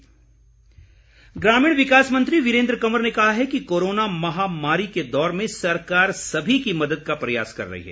वीरेन्द्र कंवर ग्रामीण विकास मंत्री वीरेन्द्र कंवर ने कहा है कि कोरोना महामारी के दौर में सरकार सभी की मदद का प्रयास कर रही है